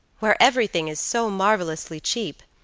where everything is so marvelously cheap,